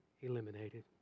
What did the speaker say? eliminated